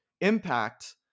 impact